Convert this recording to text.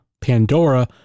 Pandora